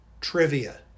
trivia